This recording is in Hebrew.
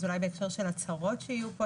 אולי בהקשר של הצהרות שיהיו כאן,